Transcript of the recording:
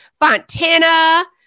Fontana